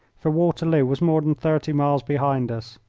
for waterloo was more than thirty miles behind us.